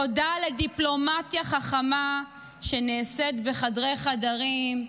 תודה על דיפלומטיה חכמה שנעשית בחדרי-חדרים,